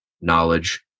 knowledge